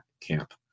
camp